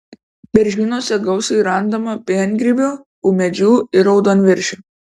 beržynuose gausiai randama piengrybių ūmėdžių ir raudonviršių